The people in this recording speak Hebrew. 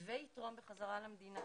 ויתרום בחזרה למדינה.